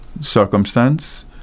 circumstance